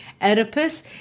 Oedipus